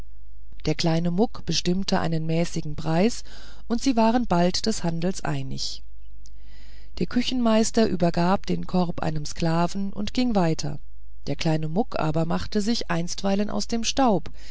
der kleine muck bestimmte einen mäßigen preis und sie waren bald des handels einig der küchenmeister übergab den korb einem sklaven und ging weiter der kleine muck aber machte sich einstweilen aus dem staub